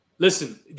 Listen